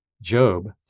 Job